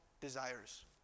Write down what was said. desires